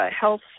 health